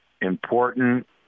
important